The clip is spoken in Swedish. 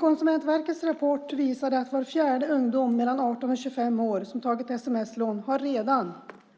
Konsumentverkets rapport visade att var fjärde ungdom mellan 18 och 25 år som tagit sms-lån redan har